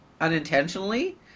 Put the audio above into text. unintentionally